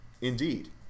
Indeed